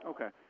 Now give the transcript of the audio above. Okay